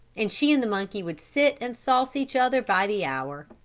and she and the monkey would sit and sauce each other by the hour.